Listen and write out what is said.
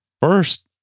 First